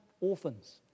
orphans